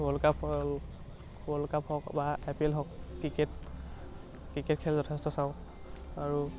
world cup world cup হওক বা I P L হওক ক্ৰিকেট ক্ৰিকেট খেল যথেষ্ট চাওঁ আৰু